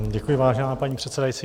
Děkuji, vážená paní předsedající.